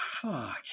Fuck